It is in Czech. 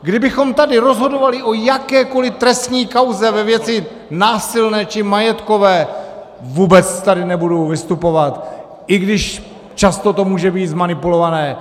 Kdybychom tady rozhodovali o jakékoli trestní kauze ve věci násilné či majetkové, vůbec tady nebudu vystupovat, i když často to může být zmanipulované.